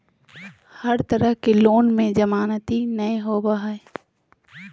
हर तरह के लोन में जमानती नय होबो हइ